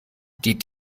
die